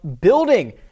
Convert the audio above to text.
building